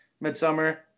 Midsummer